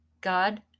God